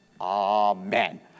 amen